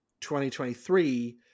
2023